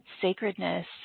sacredness